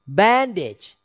bandage